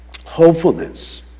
hopefulness